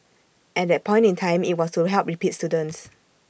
at that point in time IT was to help repeat students